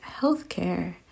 healthcare